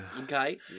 Okay